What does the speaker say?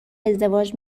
ازدواج